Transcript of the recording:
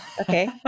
Okay